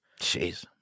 Jeez